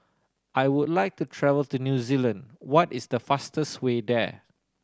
I would like to travel to New Zealand What is the fastest way there